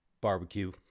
barbecue